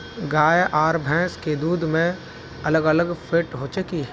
गाय आर भैंस के दूध में अलग अलग फेट होचे की?